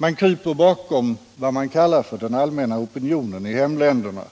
Man kryper bakom vad man kallar för den allmänna opinionen i hemländerna